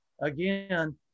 again